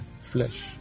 flesh